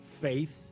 faith